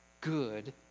good